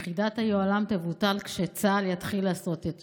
יחידת היוהל"ם תבוטל כשצה"ל יתחיל לעשות את ייעודו.